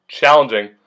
challenging